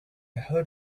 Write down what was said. heard